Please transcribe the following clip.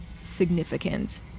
significant